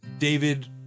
David